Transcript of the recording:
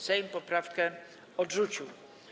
Sejm poprawkę odrzucił.